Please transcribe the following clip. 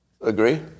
Agree